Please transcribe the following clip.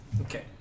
Okay